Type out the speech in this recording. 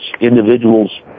individual's